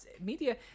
media